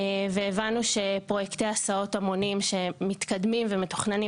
והבנו שפרויקטי הסעות המונים שמתקדמים ומתוכננים